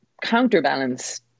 counterbalance